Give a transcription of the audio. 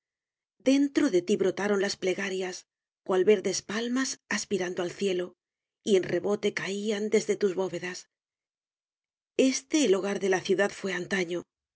dentro de tí brotaron las plegarias cual verdes palmas aspirando al cielo y en rebote caían desde tus bóvedas este el hogar de la ciudad fué antaño